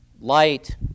Light